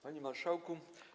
Panie Marszałku!